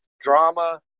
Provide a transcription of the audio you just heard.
Drama